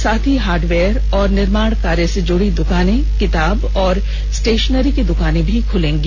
साथ ही हार्डवेयर और निर्माण कार्य से जुड़ी दुकानें किताब और स्टेषनरी की दुकानें भी खुलेंगी